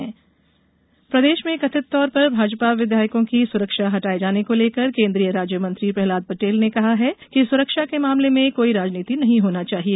प्रहलाद पटेल प्रदेश में कथित तौर पर भाजपा विधायकों की सुरक्षा हटाये जाने को लेकर केंद्रीय राज्य मंत्री प्रह्लाद पटेल ने कहा है कि सुरक्षा के मामले में कोई राजनीति नही होना चाहिए